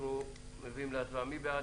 מי בעד?